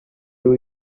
two